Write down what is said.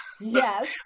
Yes